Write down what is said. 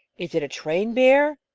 is that a trained bear?